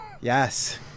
Yes